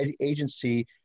agency